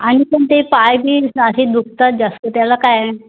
आणि ते पण पायबिय सारखे दुखतात जास्त त्याला काय